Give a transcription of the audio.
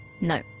no